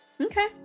Okay